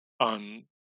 on